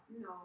No